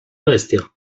bestia